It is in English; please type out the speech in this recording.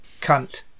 Cunt